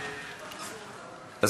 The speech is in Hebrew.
בבקשה.